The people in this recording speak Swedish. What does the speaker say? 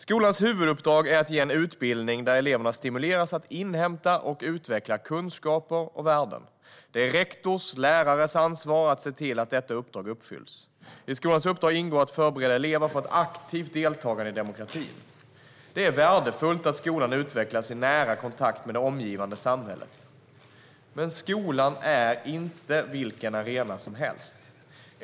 Skolans huvuduppdrag är att ge eleverna en utbildning där de stimuleras att inhämta och utveckla kunskaper och värden. Det är rektors och lärares ansvar att se till att detta uppdrag uppfylls. I skolans uppdrag ingår att förbereda elever för ett aktivt deltagande i demokratin. Det är värdefullt att skolan utvecklas i nära kontakt med det omgivande samhället. Men skolan är inte vilken arena som helst.